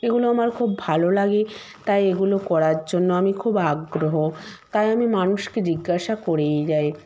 এগুলো আমার খুব ভালো লাগে তাই এগুলো করার জন্য আমি খুব আগ্রহ তাই আমি মানুষকে জিজ্ঞাসা করেই যাই